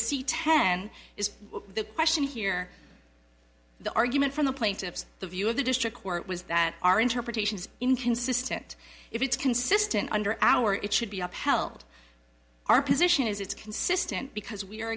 see ten is the question here the argument from the plaintiffs the view of the district court was that our interpretation is inconsistent if it's consistent under our it should be upheld our position is it's consistent because we